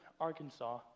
Arkansas